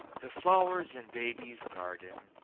the flowers in baby's garden,